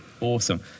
Awesome